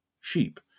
sheep